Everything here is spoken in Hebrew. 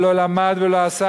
ולא למד ולא עשה,